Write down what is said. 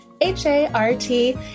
H-A-R-T